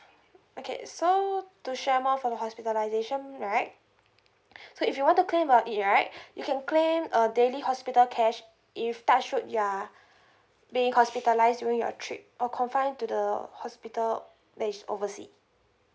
okay so to share more for the hospitalisation right so if you want to claim about it right you can claim uh daily hospital cash if touch wood you're being hospitalised during your trip or confined to the hospital that is oversea